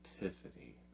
epiphany